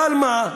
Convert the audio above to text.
אבל מה,